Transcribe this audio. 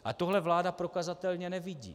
A tohle vláda prokazatelně nevidí.